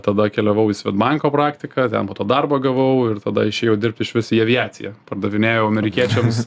tada keliavau į svedbanko praktiką ten po to darbą gavau ir tada išėjau dirbt išvis į aviaciją pardavinėjau amerikiečiams